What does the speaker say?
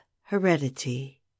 Heredity